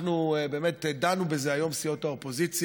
אנחנו דנו בזה היום, סיעות האופוזיציה.